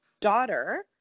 daughter